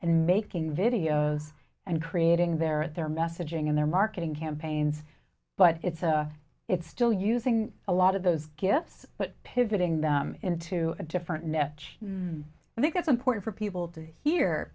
and making videos and creating their at their messaging and their marketing campaigns but it's a it's still using a lot of those gifts but pivoting them into a different message i think is important for people to hear